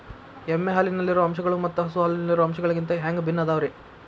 ಎಮ್ಮೆ ಹಾಲಿನಲ್ಲಿರೋ ಅಂಶಗಳು ಮತ್ತ ಹಸು ಹಾಲಿನಲ್ಲಿರೋ ಅಂಶಗಳಿಗಿಂತ ಹ್ಯಾಂಗ ಭಿನ್ನ ಅದಾವ್ರಿ?